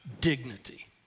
dignity